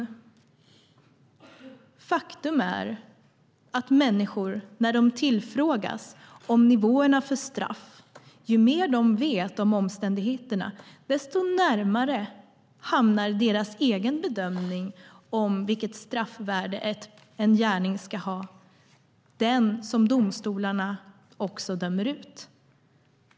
Faktum är att ju mer människor vet om omständigheterna när de tillfrågas om nivåerna för straff, desto närmare hamnar deras bedömning om vilket straffvärde en gärning ska ha det som domstolarna dömt ut.